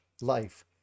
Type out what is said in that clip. life